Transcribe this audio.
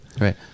right